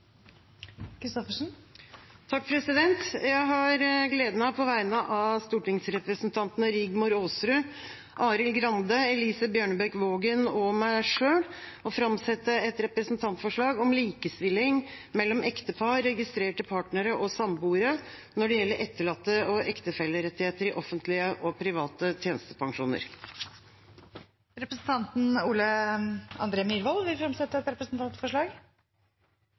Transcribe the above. Christoffersen vil fremsette et representantforslag. Jeg har gleden av på vegne av stortingsrepresentantene Rigmor Aasrud, Arild Grande, Elise Bjørnebekk-Waagen og meg selv å framsette et representantforslag om likestilling mellom ektepar, registrerte partnere og samboere når det gjelder etterlatte- og ektefellerettigheter i offentlige og private tjenestepensjoner. Representanten Ole André Myhrvold vil fremsette et representantforslag.